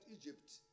Egypt